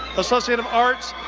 associate of arts,